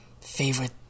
favorite